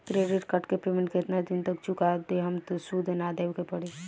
Credit card के payment केतना दिन तक चुका देहम त सूद ना देवे के पड़ी?